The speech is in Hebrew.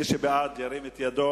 מי שבעד, ירים את ידו.